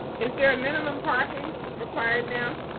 is there a minimum parking required now?